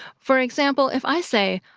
for example, if i say,